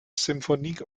symphony